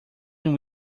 will